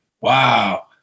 wow